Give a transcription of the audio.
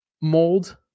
mold